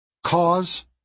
cause